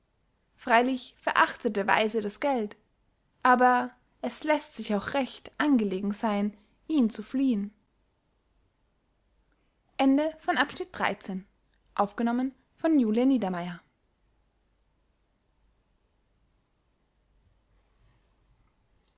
freylich verachtet der weise das geld aber es läßt sich auch recht angelegen seyn ihn zu fliehen